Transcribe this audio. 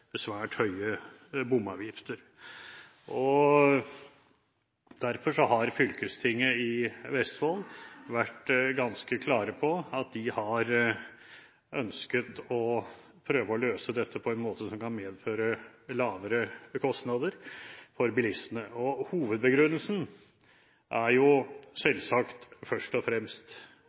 svært høye bomavgifter. Derfor har fylkestinget i Vestfold vært ganske klare på at de har ønsket å prøve å løse dette på en måte som kan medføre lavere kostnader for bilistene. Hovedbegrunnelsen er selvsagt først og fremst